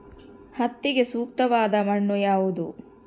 ಹತ್ತಿಗೆ ಸೂಕ್ತವಾದ ಮಣ್ಣು ಯಾವುದು?